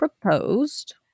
proposed